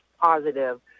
positive